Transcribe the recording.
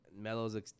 Melo's